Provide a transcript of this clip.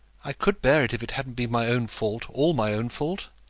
i could bear it if it hadn't been my own fault all my own fault.